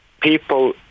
people